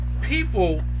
people